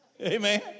Amen